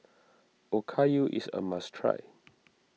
Okayu is a must try